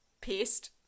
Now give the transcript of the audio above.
pissed